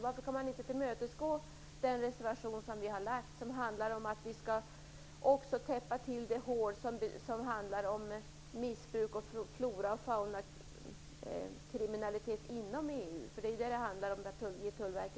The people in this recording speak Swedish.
Varför kan man inte tillmötesgå den reservation som vi har lagt fram som handlar om att vi skall täppa till också det hål som gäller flora och faunakriminalitet inom EU? Det är ju det det handlar om: att ge